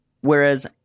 whereas